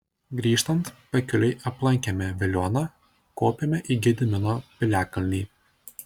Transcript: grįžtant pakeliui aplankėme veliuoną kopėme į gedimino piliakalnį